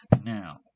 now